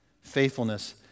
faithfulness